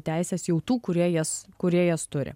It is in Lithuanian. teises jau tų kurie jas kūrėjas turi